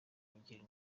mungire